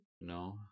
No